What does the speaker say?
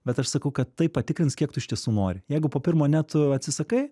bet aš sakau kad tai patikrins kiek tu iš tiesų nori jeigu po pirmo ne tu atsisakai